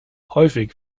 häufig